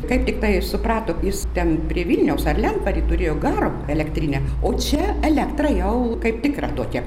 kaip tiktai suprato jis ten prie vilniaus ar lentvary turėjo garo elektrinę o čia elektra jau kaip tikra tokia